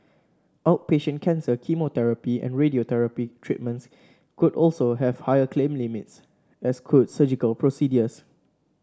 outpatient cancer chemotherapy and radiotherapy treatments could also have higher claim limits as could surgical procedures